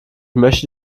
möchte